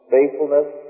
Faithfulness